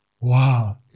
Wow